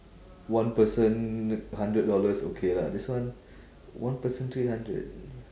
one person hundred dollars okay lah this one one person three hundred